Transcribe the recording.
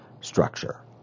structure